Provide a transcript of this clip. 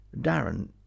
Darren